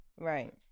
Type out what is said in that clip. Right